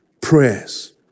prayers